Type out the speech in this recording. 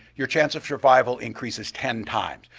your chance of survival increases ten times.